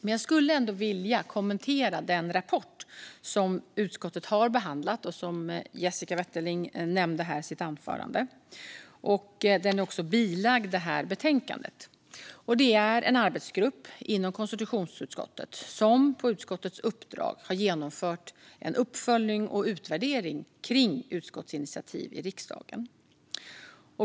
Men jag vill ändå kommentera den rapport som utskottet har behandlat och som Jessica Wetterling nämnde i sitt anförande. Den är också bilagd betänkandet. En arbetsgrupp inom konstitutionsutskottet har på utskottets uppdrag genomfört en uppföljning och utvärdering av utskottsinitiativen i riksdagen.